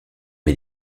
mes